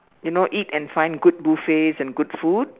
you know eat and find good buffets and good food